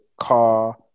car